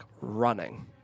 running